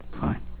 Fine